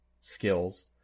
skills